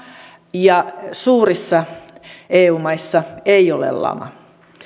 ja suurissa eu maissa ei ole lama